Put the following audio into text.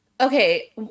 Okay